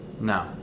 No